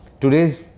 today's